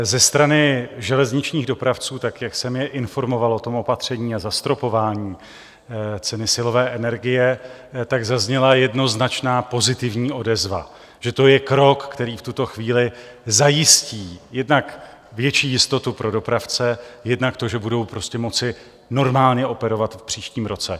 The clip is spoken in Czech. Ze strany železničních dopravců, tak jak jsem je informoval o tom opatření a zastropování ceny silové energie, tak zazněla jednoznačná pozitivní odezva, že to je krok, který v tuto chvíli zajistí jednak větší jistotu pro dopravce, jednak to, že budou prostě moci normálně operovat v příštím roce.